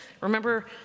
Remember